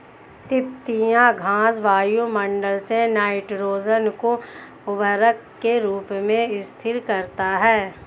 तिपतिया घास वायुमंडल से नाइट्रोजन को उर्वरक के रूप में स्थिर करता है